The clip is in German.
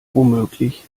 womöglich